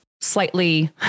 Slightly